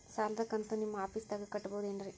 ಸಾಲದ ಕಂತು ನಿಮ್ಮ ಆಫೇಸ್ದಾಗ ಕಟ್ಟಬಹುದೇನ್ರಿ?